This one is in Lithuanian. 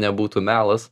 nebūtų melas